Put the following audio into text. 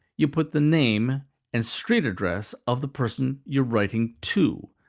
you put the name and street address of the person you're writing to.